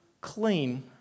clean